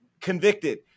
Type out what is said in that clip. convicted